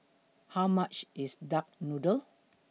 How much IS Duck Noodle